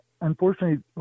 unfortunately